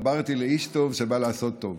התחברתי לאיש טוב שבא לעשות טוב.